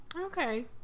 Okay